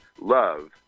love